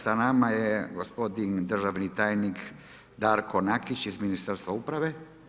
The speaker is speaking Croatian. Sa nama je gospodin državni tajnik Darko Nakić iz Ministarstva uprave.